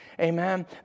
Amen